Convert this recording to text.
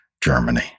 Germany